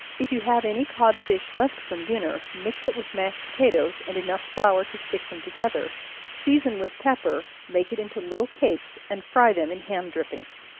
if you have any cod fish left from dinner, mix it with mashed potatoes, and enough flour to stick them together season with pepper make it into little cakes, and fry them in ham drippings.